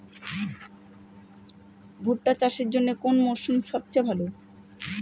ভুট্টা চাষের জন্যে কোন মরশুম সবচেয়ে ভালো?